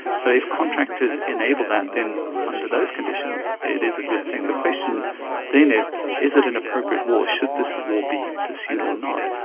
so if contractors enable that, then under those conditions it is a good thing. the question then is is it an appropriate the war? should this war be pursued or not?